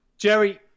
Jerry